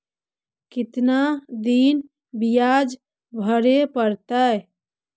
कितना दिन बियाज भरे परतैय?